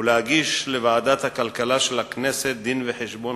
ולהגיש לוועדת הכלכלה של הכנסת דין-וחשבון